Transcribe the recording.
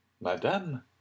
Madame